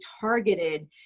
targeted